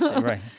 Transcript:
Right